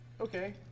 Okay